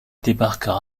débarquent